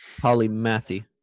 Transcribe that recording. polymathy